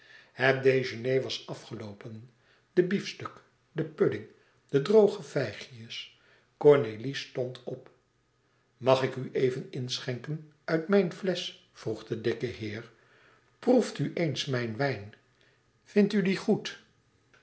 het déjeuner was afgeloopen de biefstuk de pudding de droge vijgjes cornélie stond op mag ik u even inschenken uit mijn flesch vroeg de dikke heer proeft u eens mijn wijn vindt u dien goed